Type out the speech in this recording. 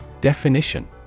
Definition